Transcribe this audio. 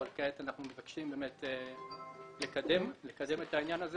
אבל כעת אנחנו מבקשים לקדם את העניין הזה